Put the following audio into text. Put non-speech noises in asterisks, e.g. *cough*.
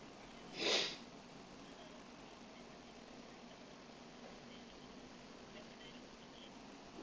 *noise*